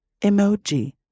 emoji